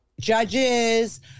judges